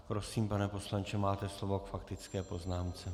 Prosím, pane poslanče, máte slovo k faktické poznámce.